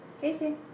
casey